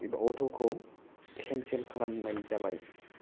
एबा अथ' खौ केनसेल खालामनाय जाबाय